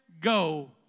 go